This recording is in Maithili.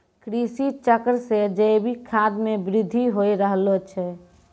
कृषि चक्र से जैविक खाद मे भी बृद्धि हो रहलो छै